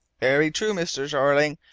very true, mr. jeorling!